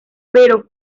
pero